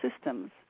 systems